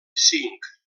cinc